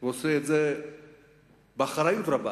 ועושה את זה באחריות רבה.